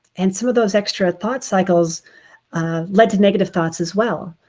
and some of those extra thought cycles led to negative thoughts as well,